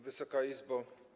Wysoka Izbo!